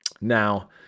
Now